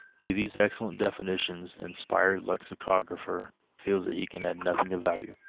to these excellent definitions the inspired lexicographer feels that he can add nothing of value.